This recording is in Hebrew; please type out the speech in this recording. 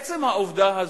עצם העובדה הזאת,